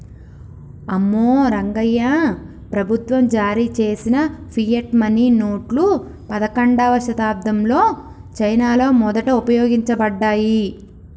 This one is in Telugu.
అమ్మో రంగాయ్యా, ప్రభుత్వం జారీ చేసిన ఫియట్ మనీ నోట్లు పదకండవ శతాబ్దంలో చైనాలో మొదట ఉపయోగించబడ్డాయి